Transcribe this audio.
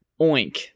oink